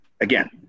Again